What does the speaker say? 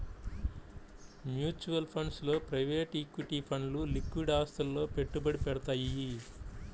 mutual funds లో private equity ఫండ్లు liquid ఆస్తులలో పెట్టుబడి పెడతయ్యి